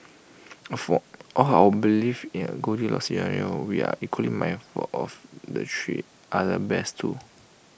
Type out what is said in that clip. for all our belief in A goldilocks scenario we are equally mindful of the three bears too